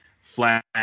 flat